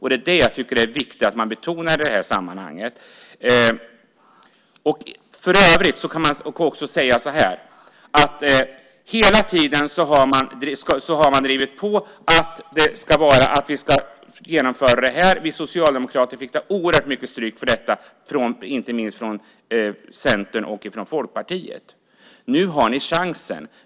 Det är det jag tycker att det är viktigt att man betonar i det här sammanhanget. För övrigt kan jag också säga att vi hela tiden har drivit på för att vi ska genomföra det här. Vi socialdemokrater fick ta oerhört mycket stryk för detta, inte minst från Centern och Folkpartiet. Nu har ni chansen.